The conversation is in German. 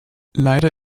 leider